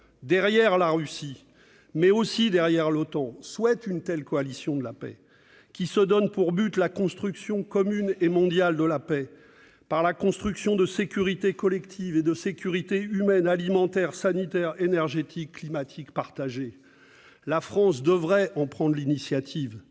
derrière la Russie, mais aussi derrière l'Otan, souhaitent une telle coalition de la paix, qui se donne pour but la construction commune et mondiale de la paix, par la construction de sécurités collectives et de sécurités humaines, alimentaires, sanitaires, énergétiques et climatiques partagées. La France devrait en prendre l'initiative.